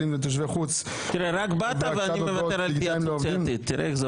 לתושבי חוץ ובהקצאת מטבעות דיגיטליים לעובדים),